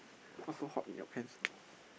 what so hot in your pants